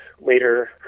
later